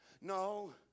No